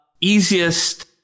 easiest